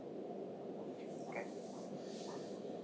okay